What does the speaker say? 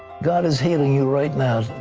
god is healing you right now.